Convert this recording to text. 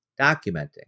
documenting